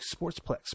Sportsplex